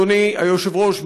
אדוני היושב-ראש,